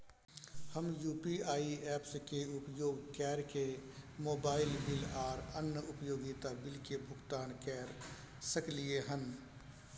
हम यू.पी.आई ऐप्स के उपयोग कैरके मोबाइल बिल आर अन्य उपयोगिता बिल के भुगतान कैर सकलिये हन